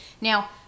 Now